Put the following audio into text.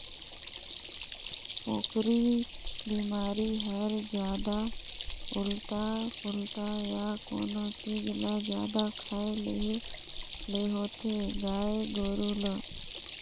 पोकरी बेमारी हर जादा उल्टा पुल्टा य कोनो चीज ल जादा खाए लेहे ले होथे गाय गोरु ल